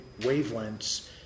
wavelengths